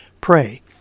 Pray